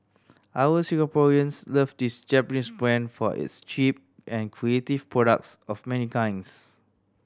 our Singaporeans love this Japanese brand for its cheap and creative products of many kinds